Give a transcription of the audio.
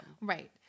Right